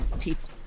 People